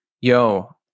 Yo